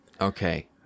Okay